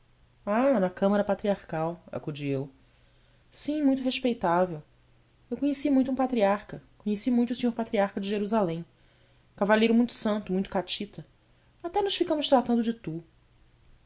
na câmara patriarcal acudi eu sim muito respeitável eu conheci muito um patriarca conheci muito o senhor patriarca de jerusalém cavalheiro muito santo muito catita até nos ficamos tratando de tu